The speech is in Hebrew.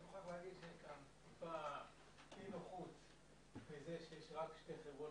אני מוכרח לומר שיש קצת אי נוחות שיש רק שתי חברות